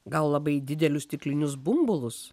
gal labai didelius stiklinius bumbulus